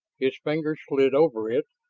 his fingers slid over it,